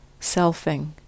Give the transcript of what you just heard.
selfing